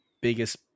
biggest